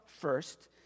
first